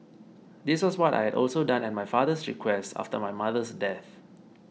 this was what I also done at my father's request after my mother's death